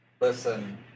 listen